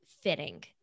fitting